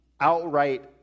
outright